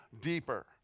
deeper